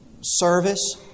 service